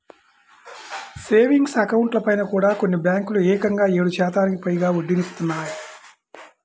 savings అకౌంట్లపైన కూడా కొన్ని బ్యేంకులు ఏకంగా ఏడు శాతానికి పైగా వడ్డీనిత్తన్నాయి